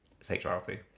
sexuality